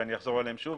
ואני אחזור עליהן שוב